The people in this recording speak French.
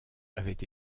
avaient